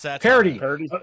parody